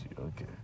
okay